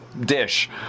dish